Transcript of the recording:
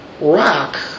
Rock